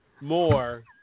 more